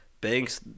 Banks